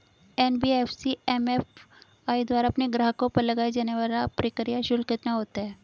NBFC MFI द्वारा अपने ग्राहकों पर लगाए जाने वाला प्रक्रिया शुल्क कितना होता है?